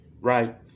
right